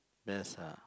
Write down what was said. there's a